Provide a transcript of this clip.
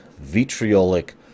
vitriolic